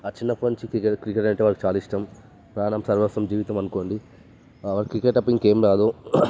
వాడు చిన్నప్పటి నుంచి క్రికెట్ క్రికెట్ అంటే వాడికి చాలా ఇష్టం ప్రాణం సర్వస్వం జీవితం అనుకోండి వాడికి క్రికెట్ తప్ప ఇంకేం రాదు